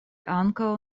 ankaŭ